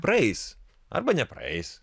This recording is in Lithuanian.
praeis arba nepraeis